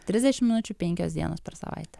trisdešim minučių penkios dienos per savaitę